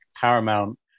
paramount